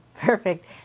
Perfect